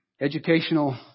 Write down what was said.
educational